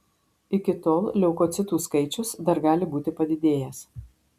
iki tol leukocitų skaičius dar gali būti padidėjęs